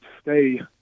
stay